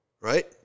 right